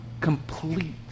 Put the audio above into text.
complete